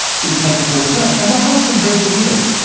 to making the returns. and they had some very good years.